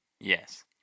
Yes